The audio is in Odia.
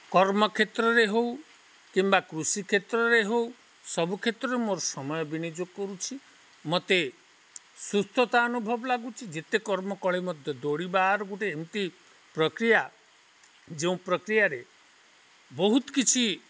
କର୍ମ କ୍ଷେତ୍ରରେ ହେଉ କିମ୍ବା କୃଷି କ୍ଷେତ୍ରରେ ହେଉ ସବୁ କ୍ଷେତ୍ରରେ ମୋର ସମୟ ବିନିଯୋଗ କରୁଛି ମତେ ସୁସ୍ଥତା ଅନୁଭବ ଲାଗୁଛି ଯେତେ କର୍ମ କଲେ ମଧ୍ୟ ଦୌଡ଼ିବାର ଗୋଟେ ଏମିତି ପ୍ରକ୍ରିୟା ଯେଉଁ ପ୍ରକ୍ରିୟାରେ ବହୁତ କିଛି